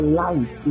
light